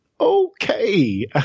okay